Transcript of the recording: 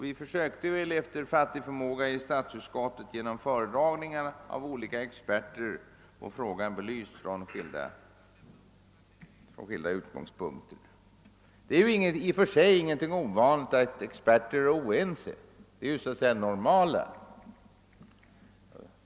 Vi försökte efter fattig förmåga i statsutskottet att genom föredragningar av olika experter få frågan belyst från skilda utgångspunkter. I och för sig är det ingenting ovanligt att experter är oense; det är snarare det normala.